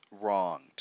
wronged